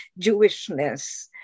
Jewishness